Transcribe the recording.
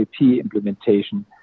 implementation